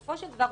בסופו של דבר,